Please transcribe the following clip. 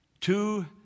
two